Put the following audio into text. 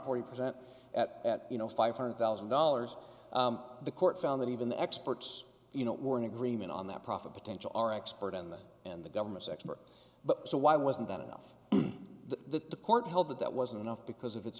forty percent at at you know five hundred thousand dollars the court found that even the experts you know warn agreement on that profit potential are expert in that and the government's expert but so why wasn't that enough the court held that that wasn't enough because of it